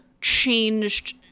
changed